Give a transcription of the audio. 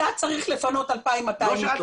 אתה צריך לפנות 2,200 מיטות,